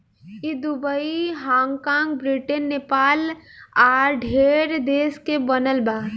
ई Dubai, Hong कॉग, Britain, Nepal आ ढेरे देश में बनल बा